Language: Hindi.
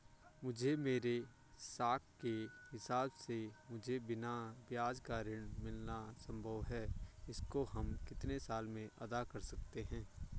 मुझे मेरे साख के हिसाब से मुझे बिना ब्याज का ऋण मिलना संभव है इसको हम कितने साल में अदा कर सकते हैं?